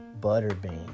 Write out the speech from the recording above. Butterbean